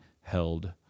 held